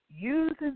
using